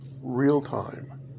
real-time